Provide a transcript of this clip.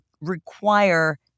require